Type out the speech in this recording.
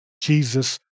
Jesus